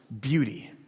beauty